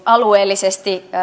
alueellisesti